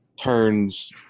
turns